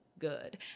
Good